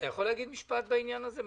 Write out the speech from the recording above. אתה יכול להגיד משפט בעניין הזה?